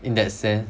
in that sense